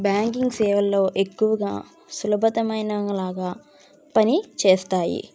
banking సేవల్లో ఎక్కువగా సులభతరమైన లాగా పని చేస్తాయి